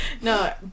No